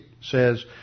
says